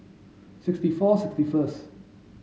sixty four sixty first